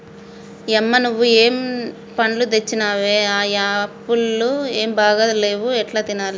యమ్మ నువ్వు ఏం పండ్లు తెచ్చినవే ఆ యాపుళ్లు ఏం బాగా లేవు ఎట్లా తినాలే